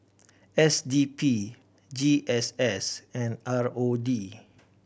S D P G S S and R O D